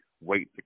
wait